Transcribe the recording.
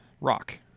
Rock